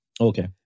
Okay